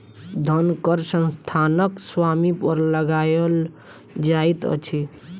धन कर संस्थानक स्वामी पर लगायल जाइत अछि